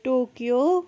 Tokyo